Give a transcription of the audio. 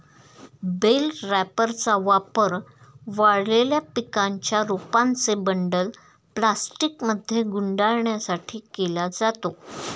bell रॅपरचा वापर वाळलेल्या पिकांच्या रोपांचे बंडल प्लास्टिकमध्ये गुंडाळण्यासाठी केला जातो